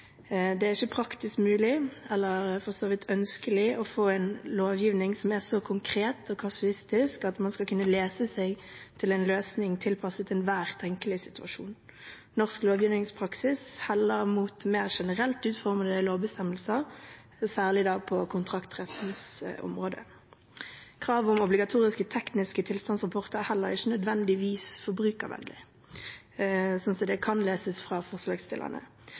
Det er ikke praktisk mulig, eller for så vidt ønskelig, å få en lovgivning som er så konkret og kasuistisk at man skal kunne lese seg til en løsning tilpasset enhver tenkelig situasjon. Norsk lovgivningspraksis heller mot mer generelt utformede lovbestemmelser – særlig på kontraktsrettens område. Kravet om obligatoriske, tekniske tilstandsrapporter er heller ikke nødvendigvis forbrukervennlig, slik som det kan leses fra forslagsstillerne.